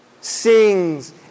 sings